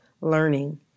learning